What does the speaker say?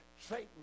Satan